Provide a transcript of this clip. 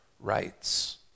rights